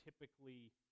typically